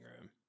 room